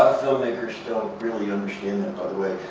filmmakers don't really understand that, by the way.